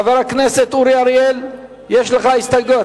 חבר הכנסת אורי אריאל, יש לך הסתייגויות.